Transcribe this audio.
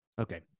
okay